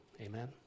Amen